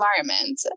environment